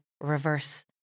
reverse